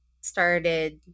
started